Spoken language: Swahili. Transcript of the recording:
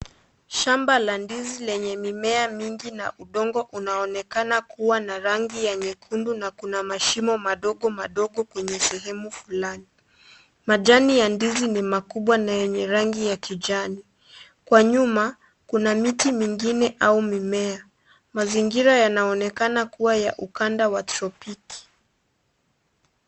Shamba la ndizi lenye mimea mingi na udongo unaonekana na rangi ya, nyekundu na kuna mashimo madogo madogo kwenye sehemu fulani, majani ya ndizi ni makubwa na yenye rangi ya kijani. Kwa nyuma, kuna miti mingine au mimea. Mazingira yanaonekana kuwa ya ukanda wa tropiki.